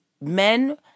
men